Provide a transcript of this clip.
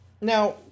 Now